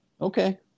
Okay